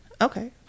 Okay